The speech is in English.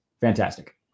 Fantastic